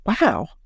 Wow